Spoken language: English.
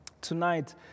Tonight